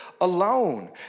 alone